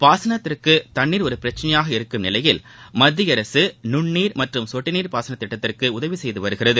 பாசனத்திற்குதண்ணீா ஒருபிரச்சனையாக இருக்கும் நிலையில் மத்தியஅரசுநுண்ணீா மற்றும் கொட்டுநீா பாசனதிட்டத்திற்குஉதவிசெய்துவருகிறது